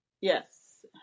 Yes